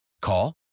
Call